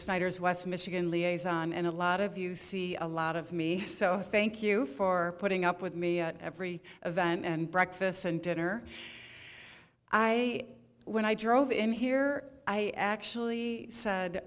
snyder's west michigan liaison and a lot of you see a lot of me so thank you for putting up with me at every event and breakfasts and dinner i when i drove in here i actually said